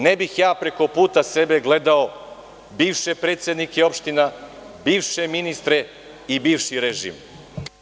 Ne bih ja preko puta sebe gledao bivše predsednike opština, bivše ministre i bivši režim.